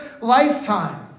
lifetime